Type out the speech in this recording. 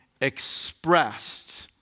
expressed